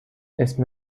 اسم